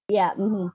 ya mmhmm